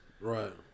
Right